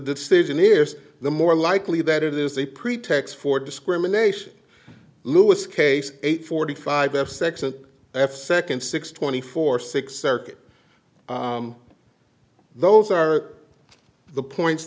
decision is the more likely that it is a pretext for discrimination lewis case eight forty five s six an f second six twenty four six circuit those are the points